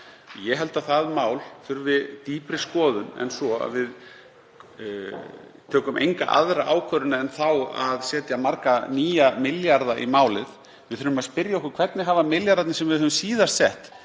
Ég held að það mál þurfi dýpri skoðun en svo að við tökum enga aðra ákvörðun en þá að setja marga nýja milljarða í málið. Við þurfum að spyrja okkur: Hvernig hafa milljarðarnir sem við höfum síðast sett